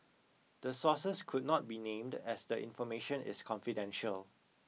the sources could not be named as the information is confidential